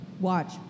Watch